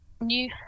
New